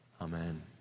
Amen